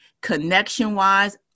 connection-wise